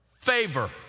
favor